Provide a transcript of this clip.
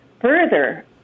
further